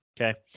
Okay